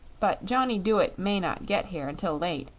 but johnny dooit may not get here until late,